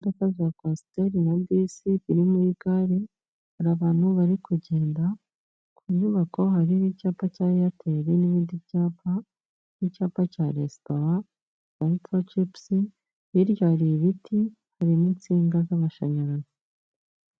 Imodoka za kwasiteri na bisi ziri muri gare, hari abantu bari kugenda, ku nyubako harimo icyapa cya eyateri n'ibindi byapa n'icyapa cya resitora cyanditseho cipusi, hirya hari ibiti harimo insinga z'amashanyarazi.